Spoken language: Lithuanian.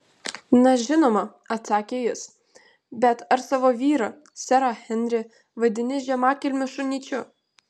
na žinoma atsakė jis bet ar savo vyrą serą henrį vadini žemakilmiu šunyčiu